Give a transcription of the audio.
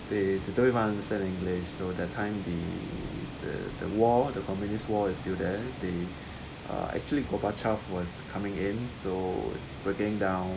they they don't even understand english so that time the the the war the communist war is still there uh actually gorbachev was coming in so is breaking down